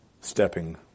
stepping